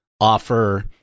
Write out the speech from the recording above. offer